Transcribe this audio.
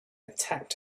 attacked